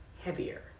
heavier